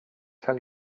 tell